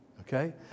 Okay